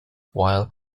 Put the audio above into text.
while